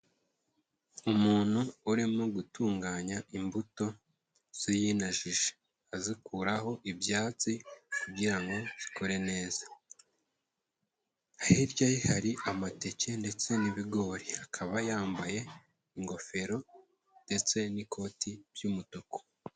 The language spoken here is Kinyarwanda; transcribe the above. Umuntu urimo gutunganya imbuto ze yinajije, azikuraho ibyatsi kugira ngo zikure neza. Hirya ye hari amateke ndetse n'ibigori, akaba yambaye ingofero ndetse n'ikoti by'umutuku.